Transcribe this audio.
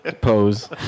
pose